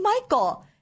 Michael